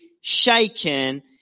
shaken